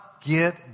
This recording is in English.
get